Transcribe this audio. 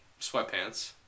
sweatpants